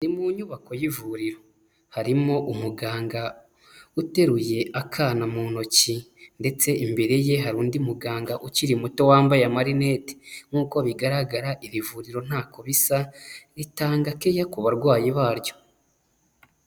Ni mu nyubako y'ivuriro harimo umuganga uteruye akana mu ntoki ndetse imbere ye hari undi muganga ukiri muto wambaye amarinete, nk'uko bigaragara iri vuriro ntako bisa ritanga keya ku barwayi baryo.